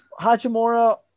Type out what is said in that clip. Hachimura